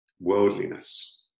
worldliness